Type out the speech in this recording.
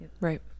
Right